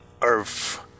earth